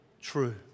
true